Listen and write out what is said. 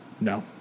No